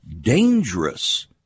dangerous